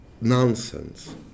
nonsense